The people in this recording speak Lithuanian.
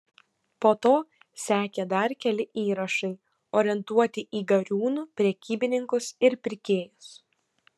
po to sekė dar keli įrašai orientuoti į gariūnų prekybininkus ir pirkėjus